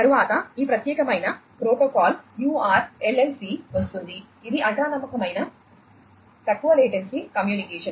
తరువాత ఈ ప్రత్యేకమైన ప్రోటోకాల్ URLLC వస్తుంది ఇది అల్ట్రా నమ్మకమైన తక్కువ లాటెన్సీ కమ్యూనికేషన్